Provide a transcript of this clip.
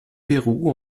pérou